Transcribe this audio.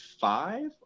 five